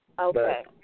okay